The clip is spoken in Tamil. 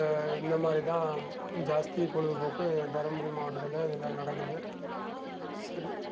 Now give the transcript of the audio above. இந்த மாதிரி தான் ஜாஸ்தி பொழுதுபோக்கு தருமபுரி மாவட்டத்தில் இதில் நடக்குது சரி